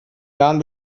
jahren